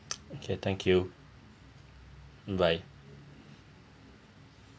okay thank you bye